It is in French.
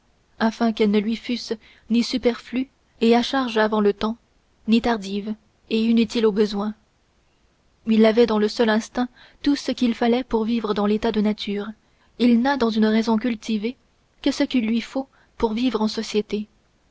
afin qu'elles ne lui fussent ni superflues et à charge avant le temps ni tardives et inutiles au besoin il avait dans le seul instinct tout ce qu'il fallait pour vivre dans l'état de nature il n'a dans une raison cultivée que ce qu'il lui faut pour vivre en société